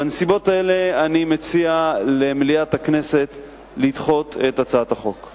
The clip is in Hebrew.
בנסיבות האלה אני מציע למליאת הכנסת לדחות את הצעת החוק.